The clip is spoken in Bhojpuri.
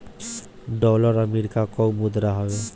डॉलर अमेरिका कअ मुद्रा हवे